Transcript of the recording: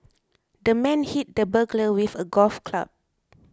the man hit the burglar with a golf club